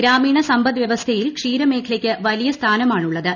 ഗ്രാമീണ സമ്പദ്വ്യവസ്ഥയിൽ ക്ഷീരമേഖലയ്ക്ക് വലിയ സ്ഥാനമാണുള്ളത്